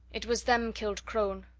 it was them killed crone,